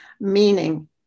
meaning